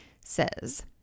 Says